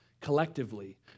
collectively